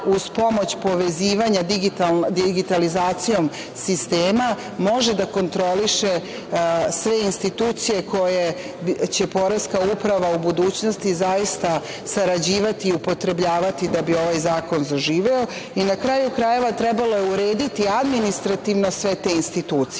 uz pomoć povezivanja digitalizacijom sistema, može da kontroliše sve institucije, koje će poreska uprava u budućnosti, zaista sarađivati i upotrebljavati da bi ovaj zakon zaživeo i na kraju krajeva, trebalo je urediti administrativno sve te institucije. Institucije